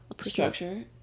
Structure